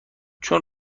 چون